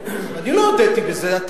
קודם כול, טוב שאתה הודית בזה.